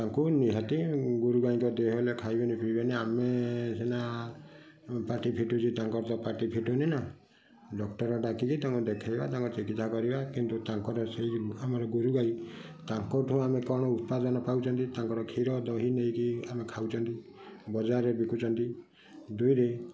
ତାଙ୍କୁ ନିହାତି ଗୋରୁ ଗାଈଙ୍କ ଦେହ ହେଲେ ଖାଇବେନି ପିଇବେନି ଆମେ ସିନା ପାଟି ଫିଟୁଛି ତାଙ୍କର ତ ପାଟି ଫିଟୁନି ନା ଡକ୍ଟର ଡାକି କି ତାଙ୍କୁ ଦେଖେଇବା ତାଙ୍କ ଚିକିତ୍ସା କରିବା କିନ୍ତୁ ତାଙ୍କର ସେଇ ଆମର ଗୋରୁ ଗାଈ ତାଙ୍କଠୁ ଆମେ କ'ଣ ଉତ୍ପାଦନ ପାଉଛନ୍ତି ତାଙ୍କର କ୍ଷୀର ଦହି ନେଇକି ଆମେ ଖାଉଛନ୍ତି ବଜାରରେ ବିକୁଛନ୍ତି ଦୁଇରେ